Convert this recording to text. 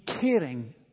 caring